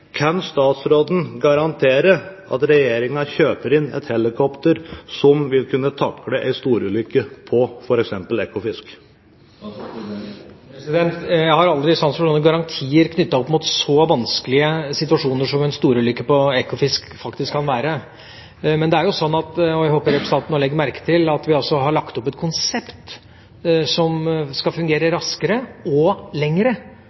Kan statsråden garantere at regjeringen kjøper inn et helikopter som vil kunne takle en storulykke på f.eks. Ekofisk? Jeg har aldri hatt sans for garantier knyttet til en så vanskelig situasjon som det en storulykke på Ekofisk faktisk kan være, men jeg håper at representanten legger merke til at vi har lagt opp til et konsept som skal fungere